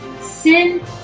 sin